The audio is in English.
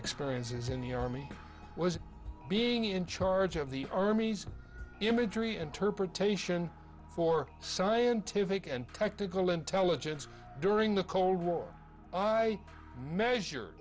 experiences in the army was being in charge of the army's imagery interpretation for scientific and technical intelligence during the cold war i measure